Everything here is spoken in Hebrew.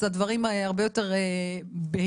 אז הדברים הרבה יותר בהירים.